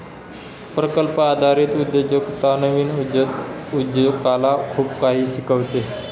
प्रकल्प आधारित उद्योजकता नवीन उद्योजकाला खूप काही शिकवते